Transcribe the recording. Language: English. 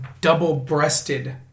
double-breasted